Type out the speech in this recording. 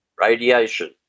Radiation